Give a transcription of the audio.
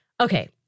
Okay